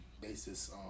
basis